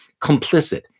complicit